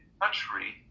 country